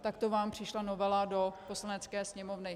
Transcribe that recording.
Takto vám přišla novela do Poslanecké sněmovny.